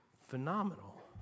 phenomenal